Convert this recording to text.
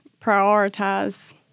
prioritize